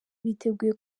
biteguye